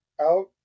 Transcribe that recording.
out